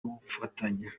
n’ubufatanye